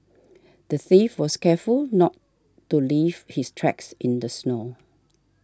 the thief was careful not to leave his tracks in the snow